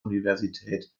universität